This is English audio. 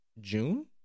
June